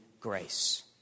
grace